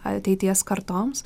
ateities kartoms